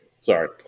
Sorry